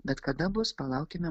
bet kada bus palaukime